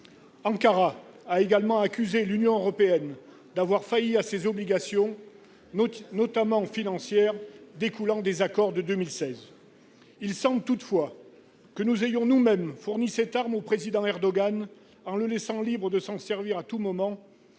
Ankara a également accusé l'Union européenne d'avoir failli à ses obligations, notamment financières, découlant des accords de 2016. Il semble toutefois que nous ayons nous-mêmes fourni cette arme au président Erdogan, en le laissant libre de s'en servir à tout moment